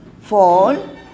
Fall